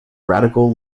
radical